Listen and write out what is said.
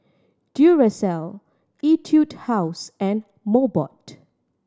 Duracell Etude House and Mobot